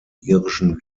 irischen